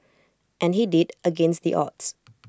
and he did against the odds